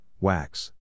wax